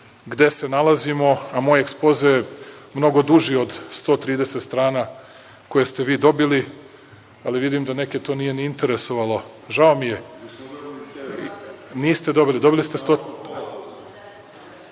gde se nalazimo, a moj Ekspoze je mnogo duži od 130 strana koje ste vi dobili, ali vidim da neke to nije ni interesovalo. Žao mi je.(Vojislav Šešelj, s mesta: